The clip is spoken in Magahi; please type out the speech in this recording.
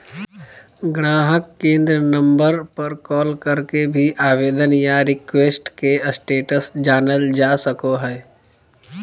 गाहक केंद्र नम्बर पर कॉल करके भी आवेदन या रिक्वेस्ट के स्टेटस जानल जा सको हय